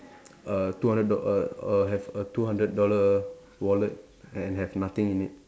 a two hundred do err or have a two hundred dollar wallet and have nothing in it